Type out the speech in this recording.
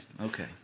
Okay